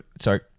sorry